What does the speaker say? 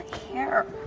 hair,